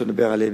שאתה מדבר עליהם,